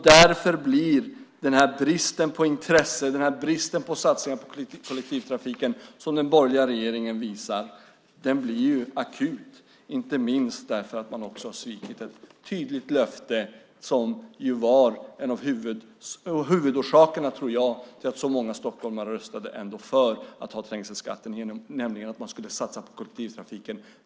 Därför blir den här bristen på intresse, den brist på satsningar på kollektivtrafik som den borgerliga regeringen visar, akut, inte minst för att man också har svikit ett tydligt löfte som var en av huvudorsakerna, tror jag, till att så många Stockholmare ändå röstade för att ha trängselskatterna, nämligen att man skulle satsa på kollektivtrafiken.